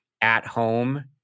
at-home